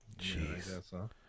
Jeez